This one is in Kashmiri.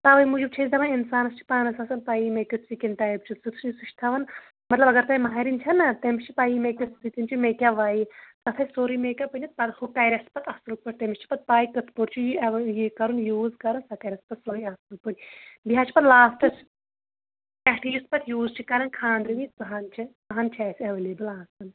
تَوے موٗجوٗب چھِ أسۍ دَپان اِنسانس چھِ پانس آسان پَیی مےٚ کیُتھ سِکِن ٹایپ چھُ سُہ چھُ تھاوان مطلب اگر تۄہہِ مہرٮ۪ن چھَنَہ تمِس چھِ پَیی مےٚ کیُتھ سِکِن چھُ مےٚ کیاہ وَیہِ سَہ تھَے سورٕے میک اپ أنِتھ پتہٕ ہُہ کَریٚس پتہٕ اصٕل پٲٹھۍ تٔمِس چھِ پتہٕ پاے کٕتھ پٲٹھۍ چھُ یہِ ایٚو یہِ کَرُن یوٗز کَرُن سۄ کَریٚس پتہٕ سورٕے اصٕل پٲٹھۍ بیٚیہِ حظ چھُ پتہٕ لاسٹس پٮ۪ٹھہٕ یُس پتہٕ یوٗز چھِ کَران خانٛدرٕ وِز سۄ ہن چھِ سۄ ہن چھِ اسہِ ایٚولیبٕل آسان